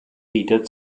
wieder